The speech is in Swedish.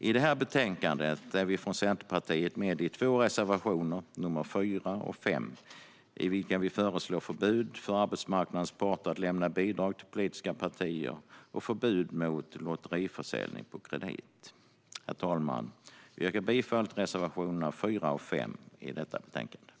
I detta betänkande är vi från Centerpartiet med i två reservationer, nr 4 och 5, i vilka vi föreslår förbud för arbetsmarknadens parter att lämna bidrag till politiska partier och förbud mot lotteriförsäljning på kredit. Herr talman! Jag yrkar bifall till reservationerna 4 och 5 i detta betänkande.